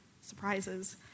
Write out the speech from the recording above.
surprises